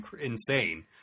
insane